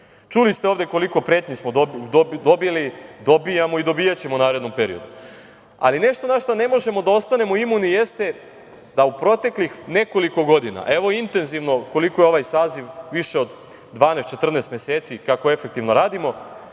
ste ovde koliko pretnji smo dobili, dobijamo i dobijaćemo u narednom periodu, ali nešto na šta ne možemo da ostanemo imuni jeste da u proteklih nekoliko godina, evo intenzivno koliko je ovaj saziv, više od 12, 14 meseci kako efektivno radimo,